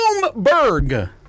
bloomberg